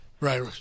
right